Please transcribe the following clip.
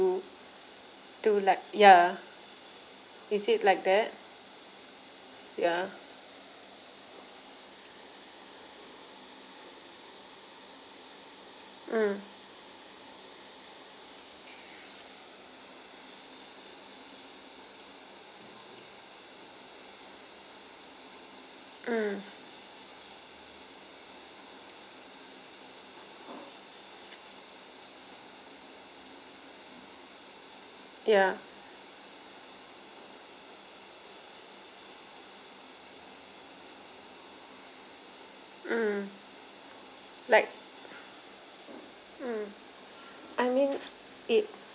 to like ya is it like that ya mm mm ya mm like mm I mean it